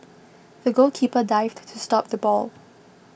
the goalkeeper dived to stop the ball